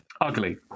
ugly